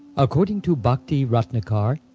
according to bhakti-ratnakara,